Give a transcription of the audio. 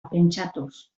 pentsatuz